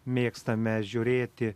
mėgstame žiūrėti